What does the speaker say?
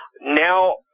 now